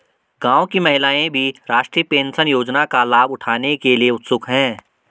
गांव की महिलाएं भी राष्ट्रीय पेंशन योजना का लाभ उठाने के लिए उत्सुक हैं